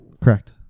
Correct